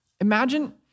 Imagine